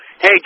Hey